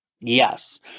Yes